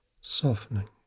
Softening